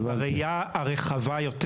בראייה הרחבה יותר